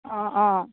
অ' অ'